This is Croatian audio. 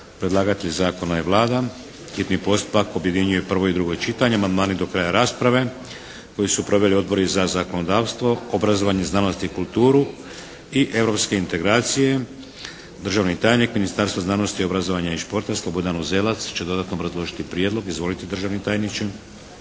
Predlagatelj zakona je Vlada. Hitni postupak objedinjuje prvo i drugo čitanje. Amandmani do kraja rasprave. Koji su proveli odbori za zakonodavstvo, obrazovanje, znanost i kulturu i europske integracije. Državni tajnik Ministarstva znanosti, obrazovanja i športa, Slobodan Uzelac će dodatno obrazložiti prijedlog. Izvolite državni tajniče.